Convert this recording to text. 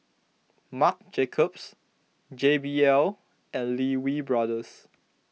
Marc Jacobs J B L and Lee Wee Brothers